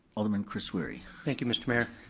alderman chris wery. thank you, mr. mayor.